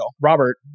Robert